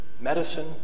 medicine